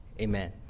Amen